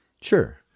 Sure